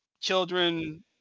children